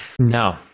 No